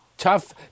Tough